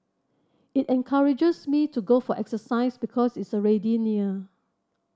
it encourages me to go for exercise because it's already near